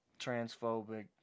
Transphobic